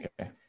Okay